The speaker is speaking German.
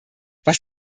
was